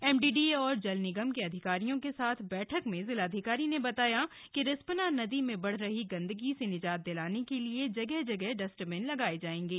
MDDA और जल निगम के अधिकारियों के साथ बैठक में जिलाधिकारी ने बताया कि रिस्पना नदी में बढ़ रही गंदगी से निजात दिलाने के लिए जगह जगह डस्टबीन लगाये जाएंगे